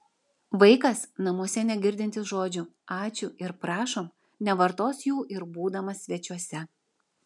vaikas namuose negirdintis žodžių ačiū ir prašom nevartos jų ir būdamas svečiuose